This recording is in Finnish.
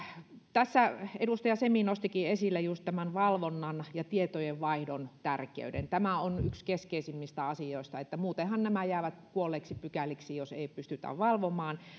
tässä edustaja semi nostikin esille just tämän valvonnan ja tietojenvaihdon tärkeyden tämä on yksi keskeisimmistä asioista koska muutenhan nämä jäävät kuolleiksi pykäliksi jos ei pystytä valvomaan